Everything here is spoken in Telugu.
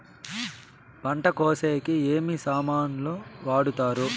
పంట కోసేకి ఏమి సామాన్లు వాడుతారు?